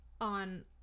on